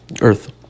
Earth